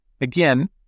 again